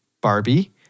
Barbie